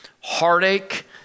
heartache